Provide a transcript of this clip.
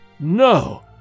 No